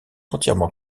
entièrement